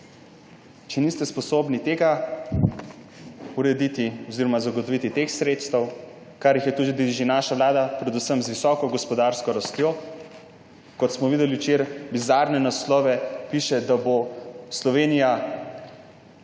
če niste sposobni tega urediti oziroma zagotoviti teh sredstev, kar jih je tudi že naša vlada predvsem z visoko gospodarsko rastjo, kot smo videli včeraj bizarne naslove, da bo Sloveniji